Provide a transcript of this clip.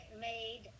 made